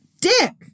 Dick